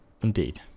Indeed